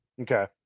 Okay